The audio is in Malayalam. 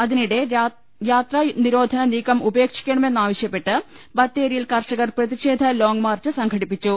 അതിനിടെ യാത്രാനിരോധന നീക്കം ഉപേക്ഷിക്കണമെ ന്നാവശ്യപ്പെട്ട് ബത്തേരിയിൽ കർഷകർ പ്രതിഷേധ ലോംഗ് മാർച്ച് സംഘടിപ്പിച്ചു